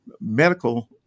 medical